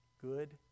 good